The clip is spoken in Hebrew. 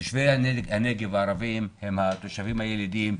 תושבי הנגב הערבים הם התושבים הילידים,